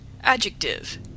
Adjective